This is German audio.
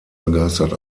begeistert